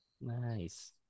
nice